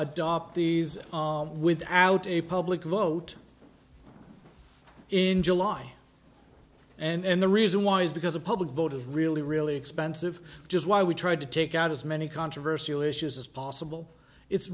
adopt these without a public vote in july and the reason why is because a public vote is really really expensive just why we tried to take out as many controversial issues as possible it's